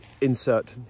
insert